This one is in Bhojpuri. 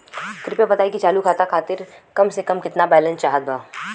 कृपया बताई कि चालू खाता खातिर कम से कम केतना बैलैंस चाहत बा